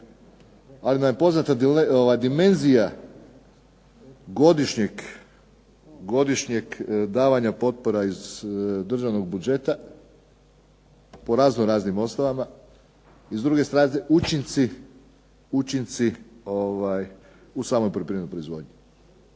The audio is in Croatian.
ali nam je poznata dimenzija godišnjeg davanja potpora iz državnog budžeta, po razno-raznim osnovama i s druge strane učinci u samoj poljoprivrednoj proizvodnji.